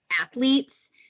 athletes